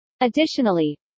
additionally